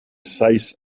size